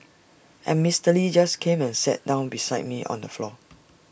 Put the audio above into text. and Mister lee just came and sat down beside me on the floor